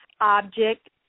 object